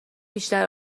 بیشتر